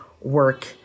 work